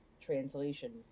translation